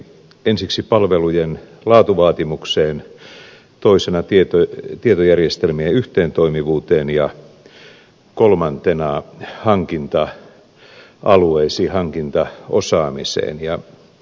ensiksi palvelujen laatuvaatimukseen toisena tietojärjestelmien yhteentoimivuuteen ja kolmantena hankinta alueisiin hankintaosaamiseen